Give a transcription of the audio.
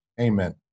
Amen